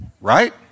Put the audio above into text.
Right